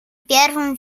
первом